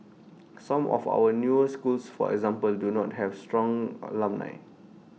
some of our newer schools for example do not have strong alumni